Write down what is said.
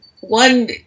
one